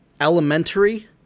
elementary